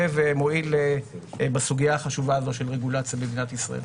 ומועיל בסוגיה החשובה הזאת של רגולציה במדינת ישראל.